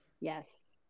Yes